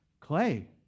clay